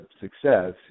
success